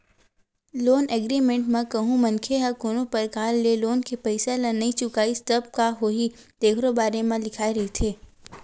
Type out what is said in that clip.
loan agreement म कहूँ मनखे ह कोनो परकार ले लोन के पइसा ल नइ चुकाइस तब का होही तेखरो बारे म लिखाए रहिथे